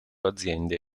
aziende